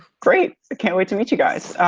great. i can't wait to meet you guys.